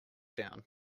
down